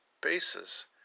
bases